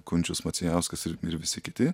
kunčius macijauskas ir ir visi kiti